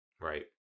Right